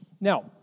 Now